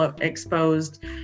exposed